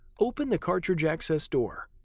open the cartridge access door.